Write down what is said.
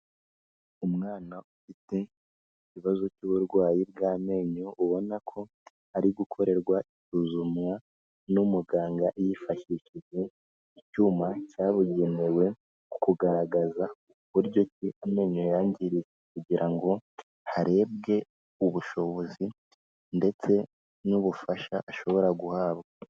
Umwana ufite ikibazo cy'uburwayi bw'amenyo, ubona ko ari gukorerwa isuzumwa n'umuganga yifashishije icyuma cyabugenewe mu kugaragaza uburyo ki amenyo yangiriyetse kugira ngo harebwe ubushobozi ndetse n'ubufasha ashobora guhabwa.